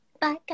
Bye